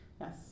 yes